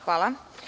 Hvala.